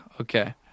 Okay